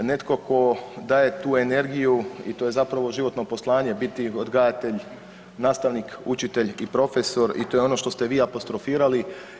Netko tko daje tu energiju i to je zapravo životno poslanje biti odgajatelj, nastavnik, učitelj i profesor i to je ono što ste vi apostrofirali.